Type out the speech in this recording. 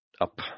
up